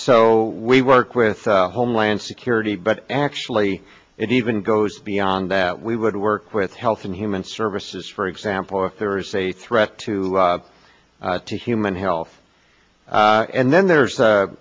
so we work with homeland security but actually it even goes beyond that we would work with health and human services for example if there is a threat to human health and then there's